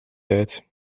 tijd